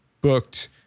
booked